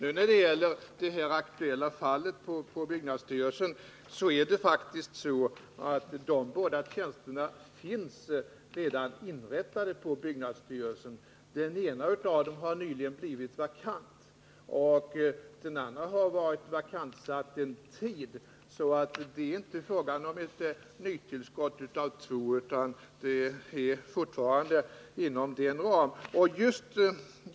När det gäller det nu aktuella fallet är det faktiskt så att de båda tjänsterna redan finns inrättade på byggnadsstyrelsen. Den ena har nyligen blivit vakant, och den andra har varit vakant sedan en tid. Det är alltså inte fråga om något nytillskott av två tjänster, utan dessa tjänster ligger inom den fastlagda ramen.